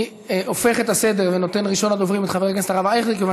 אני הופך את הסדר ונותן לחבר הכנסת הרב אייכלר להיות ראשון הדוברים,